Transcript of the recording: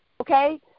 Okay